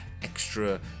extra